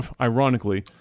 Ironically